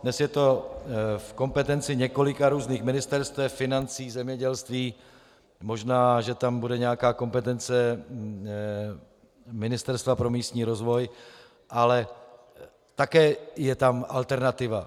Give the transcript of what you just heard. Dnes je to v kompetenci několika různých ministerstev financí, zemědělství, možná že tam bude nějaká kompetence Ministerstva pro místní rozvoj, ale také je tam alternativa.